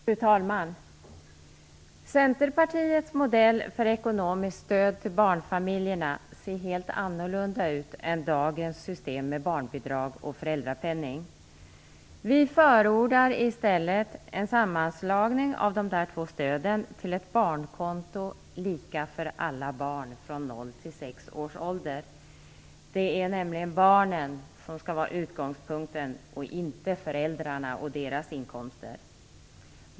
Fru talman! Centerpartiets modell för ekonomiskt stöd till barnfamiljerna ser helt annorlunda ut än dagens system med barnbidrag och föräldrapenning. Vi förordar i stället en sammanslagning av de två stöden till ett barnkonto lika för alla barn från noll till sex års ålder. Det är nämligen barnen som skall vara utgångspunkten och inte föräldrarna och deras inkomster.